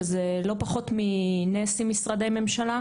שזה לא פחות מנס עם משרדי ממשלה,